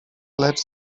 lecz